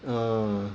uh